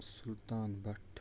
Sultan بَٹ